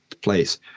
place